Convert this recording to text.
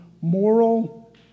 moral